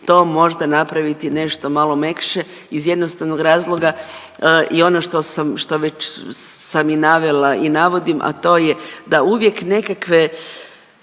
to možda napraviti nešto malo mekše iz jednostavnog razloga i ono što sam, što već sam i navela i navodim, a to je da uvijek nekakve,